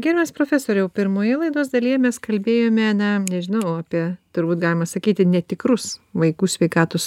gerbiamas profesoriau pirmoje laidos dalyje mes kalbėjome na nežinau apie turbūt galima sakyti netikrus vaikų sveikatos